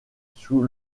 sous